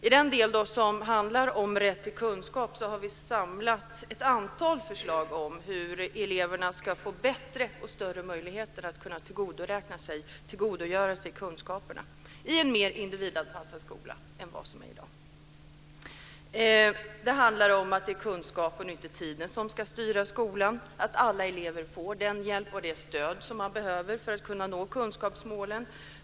I den del som handlar om rätt till kunskap har vi samlat ett antal förslag om hur eleverna ska få bättre möjligheter att tillgodogöra sig kunskaperna i en mer individanpassad skola än i dag. Det handlar om att det är kunskapen och inte tiden som ska styra skolan och om att alla elever får den hjälp och det stöd som de behöver för att nå kunskapsmålen.